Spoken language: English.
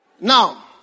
Now